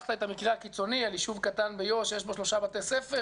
לקחת את המקרה הקיצוני על יישוב קטן ביו"ש שיש בו שלושה בתי ספר